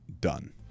done